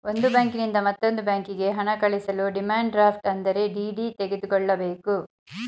ಒಂದು ಬ್ಯಾಂಕಿನಿಂದ ಮತ್ತೊಂದು ಬ್ಯಾಂಕಿಗೆ ಹಣ ಕಳಿಸಲು ಡಿಮ್ಯಾಂಡ್ ಡ್ರಾಫ್ಟ್ ಅಂದರೆ ಡಿ.ಡಿ ತೆಗೆದುಕೊಳ್ಳಬೇಕು